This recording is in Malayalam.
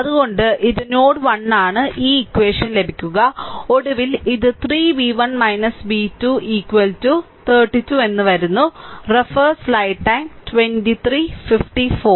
അതിനാൽ ഇത് നോഡ് 1 ലാണ് ഈ ഇക്വഷൻ ലഭിക്കുക ഒടുവിൽ ഇത് 3 v1 v2 32 വരുന്നു